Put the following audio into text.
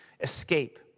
escape